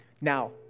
Now